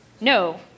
No